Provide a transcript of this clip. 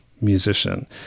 musician